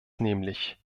nämlich